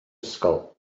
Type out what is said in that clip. ysgol